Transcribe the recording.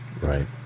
Right